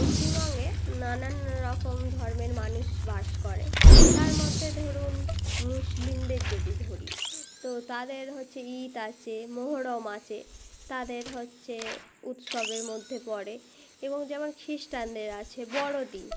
পশ্চিমবঙ্গে নানান রকম ধর্মের মানুষ বাস করে তার মধ্যে ধরুন মুসলিমদের যদি ধরি তো তাদের হচ্ছে ঈদ আছে মহরম আছে তাদের হচ্ছেে উৎসবের মধ্যে পড়ে এবং যেমন খিস্টানদের আছে বড়দিন